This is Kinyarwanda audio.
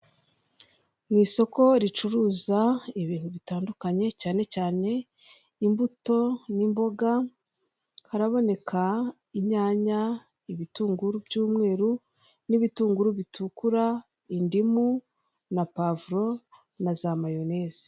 Mu isoko ricuruza ibintu bitandukanye cyane cyane imbuto n'imboga, haraboneka; inyanya, ibitunguru by'umweru n'ibitunguru bitukura, indimu, na pavuro na za mayoneze.